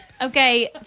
Okay